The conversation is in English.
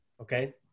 okay